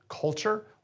culture